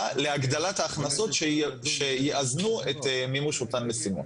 להגדלת ההכנסות שיאזנו את מימוש אותן משימות.